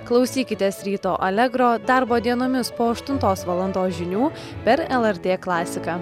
klausykitės ryto allegro darbo dienomis po aštuntos valandos žinių per lrt klasiką